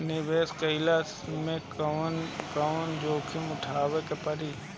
निवेस कईला मे कउन कउन जोखिम उठावे के परि?